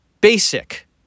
basic